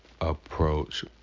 approach